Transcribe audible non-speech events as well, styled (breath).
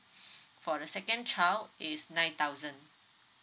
(breath) for the second child is nine thousand